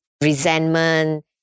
resentment